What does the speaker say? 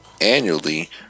annually